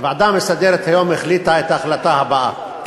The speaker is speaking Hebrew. הוועדה המסדרת החליטה היום את ההחלטה הבאה: